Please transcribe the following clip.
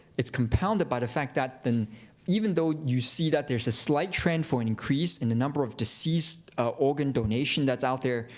it's compounded by the fact that even though you see that there's a slight trend for an increase in the number of deceased organ donation that's out there,